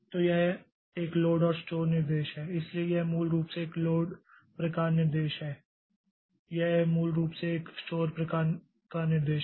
तो यह एक लोड और स्टोर निर्देश है इसलिए यह मूल रूप से एक लोड प्रकार निर्देश है यह मूल रूप से एक स्टोर प्रकार का निर्देश है